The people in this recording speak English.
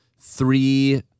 three